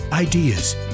Ideas